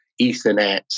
Ethernet